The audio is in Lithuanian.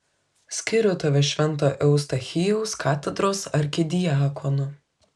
skiriu tave švento eustachijaus katedros arkidiakonu